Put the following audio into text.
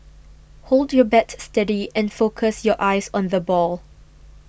hold your bat steady and focus your eyes on the ball